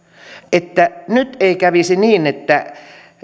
että nyt ei kävisi niin että